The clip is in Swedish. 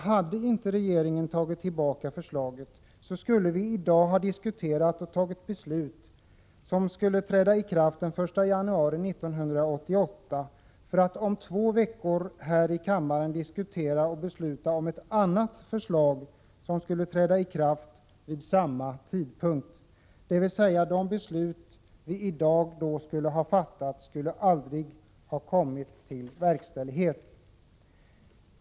Hade regeringen inte tagit tillbaka förslaget, skulle vi i dag ha fattat beslut som skulle ha trätt i kraft den 1 januari 1988 — för att om två veckor här i kammaren diskutera och fatta beslut om ett annat förslag som skulle träda i kraft vid samma tidpunkt. De beslut vi i dag skulle ha fattat skulle med andra ord aldrig ha kommit till verkställighet.